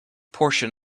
portion